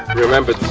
remember